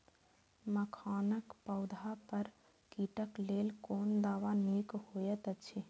मखानक पौधा पर कीटक लेल कोन दवा निक होयत अछि?